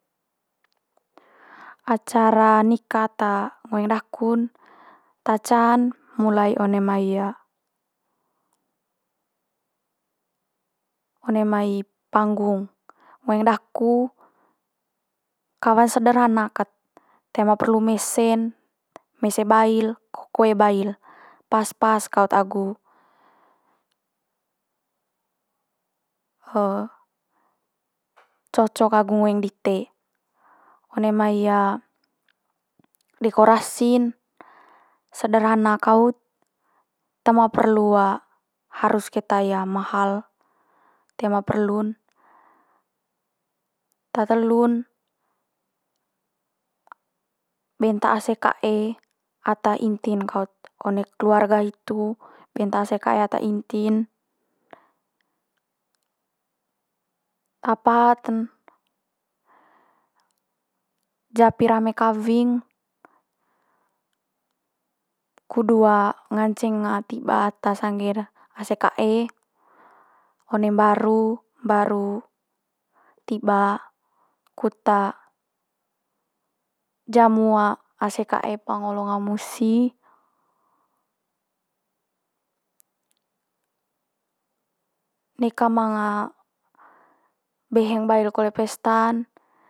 acara nika ata ngoeng daku'n ta can mulai one mai one mai panggung. Ngoeng daku kawe sederhana kat, toe ma perlu mese'n, mese bail ko koe bail, pas pas kaut agu cocok agu ngoeng dite. One mai dekorasi'n sederhana kaut toe ma perlu harus keta mahal, toe ma perlun. Te telu'n benta ase kae ata inti'n kaut one keluarga hitu benta ase kae ata inti'n. Ta pat ten japi rame kawing kudu nganceng tiba ata sangger ase kae one mbaru mbaru tiba kut jamu ase kae pa'ang olo ngaung musi, neka manga beheng bail kole pesta'n.